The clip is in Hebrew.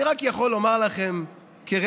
אני רק יכול לומר לכם כרמז